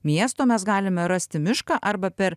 miesto mes galime rasti mišką arba per